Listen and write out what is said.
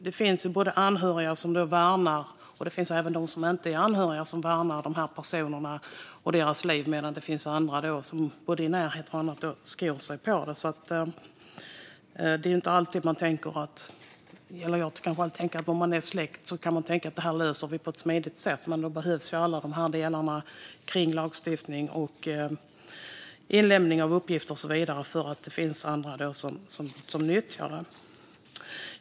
Det finns både anhöriga och de som inte är anhöriga som värnar dessa personers liv, och det finns andra i deras närhet som skor sig på dem. Är man släkt kan man tänka att detta ska lösas på ett smidigt sätt, men då behövs alla delar i lagstiftningen för att inlämning av uppgifter och så vidare ska fungera eftersom andra kan nyttja dem.